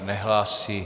Nehlásí.